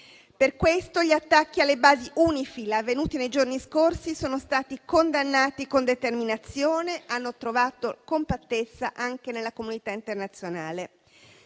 Per questo, gli attacchi alle basi UNIFIL avvenuti nei giorni scorsi sono stati condannati con determinazione e hanno trovato compattezza anche nella comunità internazionale.